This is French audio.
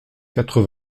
quatre